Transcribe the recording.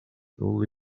only